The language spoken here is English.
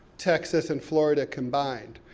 texas and florida combined.